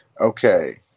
Okay